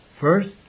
First